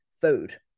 food